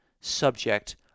subject